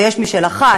ויש מי שלחץ